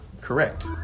correct